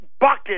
bucket